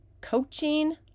coaching